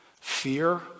Fear